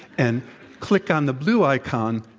and click on the blue icon,